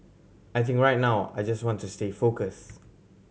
I think right now I just want to stay focus